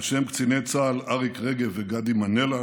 על שם קציני צה"ל אריק רגב וגדי מנלה,